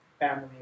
family